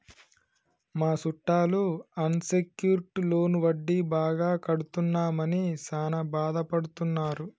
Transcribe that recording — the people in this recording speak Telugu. మా సుట్టాలు అన్ సెక్యూర్ట్ లోను వడ్డీ బాగా కడుతున్నామని సాన బాదపడుతున్నారు